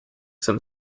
some